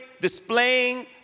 displaying